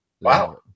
Wow